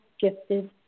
gifted